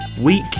week